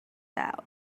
out